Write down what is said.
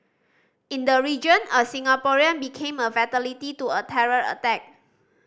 in the region a Singaporean became a fatality to a terror attack